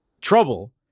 trouble